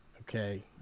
okay